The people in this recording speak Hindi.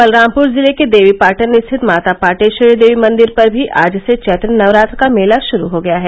बलरामपुर जिले के देवीपाटन स्थित माता पाटेश्वरी देवी मंदिर पर भी आज से चैत्र नवरात्र का मेला शुरू हो गया है